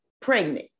pregnant